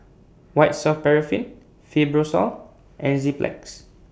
White Soft Paraffin Fibrosol and Enzyplex